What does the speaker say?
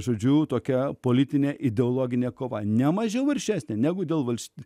žodžiu tokia politine ideologine kova ne mažiau aršesnė negu dėl valstiečių